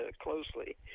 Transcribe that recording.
closely